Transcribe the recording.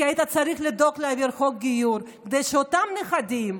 כי היית צריך לדאוג להעביר חוק גיור כדי שאותם נכדים,